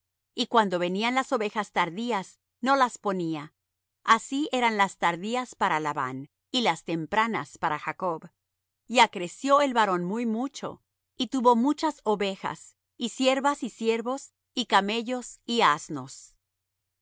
y cuando venían las ovejas tardías no las ponía así eran las tardías para labán y las tempranas para jacob y acreció el varón muy mucho y tuvo muchas ovejas y siervas y siervos y camellos y asnos